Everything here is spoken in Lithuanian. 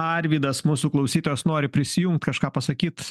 arvydas mūsų klausytojas nori prisijungt kažką pasakyt